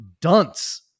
dunce